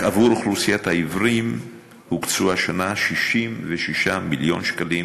רק עבור אוכלוסיית העיוורים הוקצו השנה 66 מיליון שקלים.